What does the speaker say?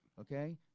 Okay